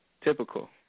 typical